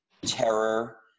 terror